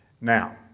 Now